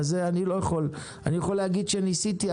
אני יכול להגיד שניסיתי,